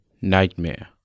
Nightmare